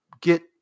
get